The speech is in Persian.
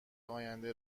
آینده